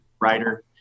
writer